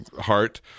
heart